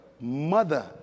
Mother